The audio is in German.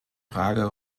frage